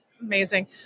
Amazing